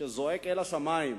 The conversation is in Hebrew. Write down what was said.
שזועקת לשמים,